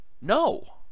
No